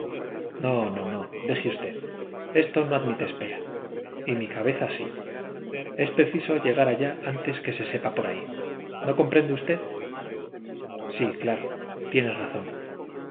no no no deje usted esto no admite espera y mi cabeza sí es preciso llegar allá antes que se sepa por ahí no comprende usted sí claro tienes razón